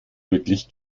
wirklich